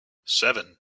seven